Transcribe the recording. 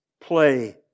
play